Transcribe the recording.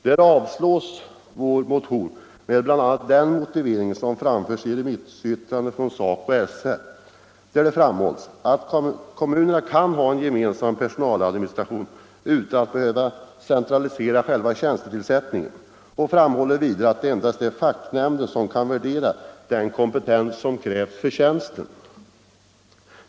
Där avstyrks vår motion med bl.a. den motivering som framfördes i remissyttrandet från SACO/SR, nämligen att kommunen kan ha en gemensam personaladministration utan att behöva centralisera tjänstetillsättningen och att endast facknämnden kan värdera den kompetens som krävs för tjänsten.